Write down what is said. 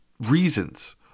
reasons